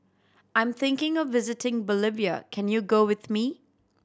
I'm thinking of visiting Bolivia can you go with me